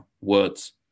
words